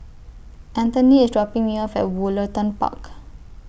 Anthoney IS dropping Me off At Woollerton Park